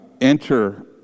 enter